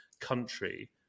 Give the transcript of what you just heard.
country